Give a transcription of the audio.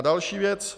Další věc.